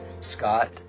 scott